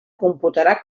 computarà